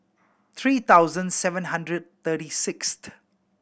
three thousand seven hundred thirty sixth